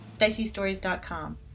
DiceyStories.com